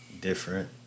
different